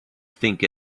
think